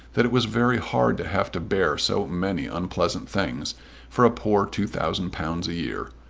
that it was very hard to have to bear so many unpleasant things for a poor two thousand pounds a year,